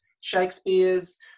Shakespeare's